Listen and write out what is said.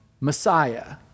messiah